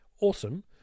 awesome